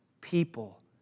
people